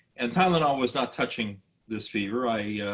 and tylenol was not touching this fever. i